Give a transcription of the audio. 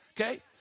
Okay